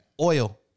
oil